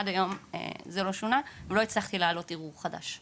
עד היום זה לא שונה ולא הצלחתי להעלות ערעור חדש.